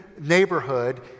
neighborhood